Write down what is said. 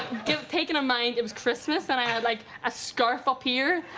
taking a mind games christmas and i had like a scarf up here